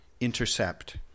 intercept